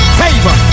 favor